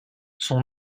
son